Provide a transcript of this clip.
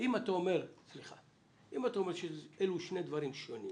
אם אתה אומר שאלו שני דברים שונים